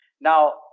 Now